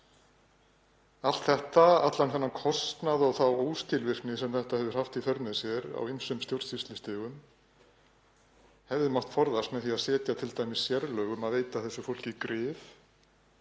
Allt þetta, allan þennan kostnað og þá óskilvirkni sem þetta hefur haft í för með sér á ýmsum stjórnsýslustigum, hefði mátt forðast með því að setja t.d. sérlög um að veita þessu fólki grið,